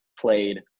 played